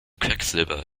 quecksilber